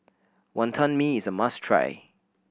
Wonton Mee is a must try